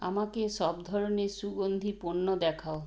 আমাকে সব ধরনের সুগন্ধি পণ্য দেখাও